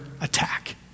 attack